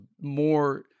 more